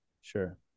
Sure